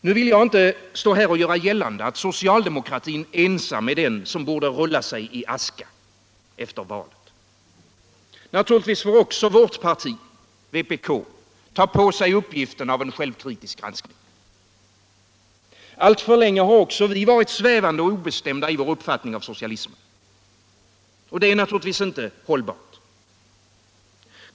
Nu vill inte jag stå här och göra gällande att socialdemokratin ensam borde rulla sig i aska efter valet. Naturligtvis får också vårt parti, Vpk, ta på sig uppgiften av en självkritisk granskning. Alltför länge har också vi varit svävande och obestämda i vår uppfattning av socialismen, och det är naturligtvis inte hållbart.